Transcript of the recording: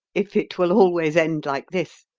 if it will always end like this,